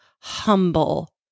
humble